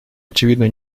очевидно